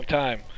time